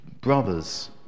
brothers